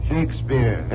Shakespeare